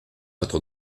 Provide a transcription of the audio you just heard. votre